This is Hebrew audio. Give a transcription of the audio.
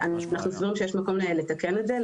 אנחנו סבורים שיש מקום לתקן את זה,